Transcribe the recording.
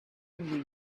every